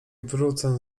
wrócę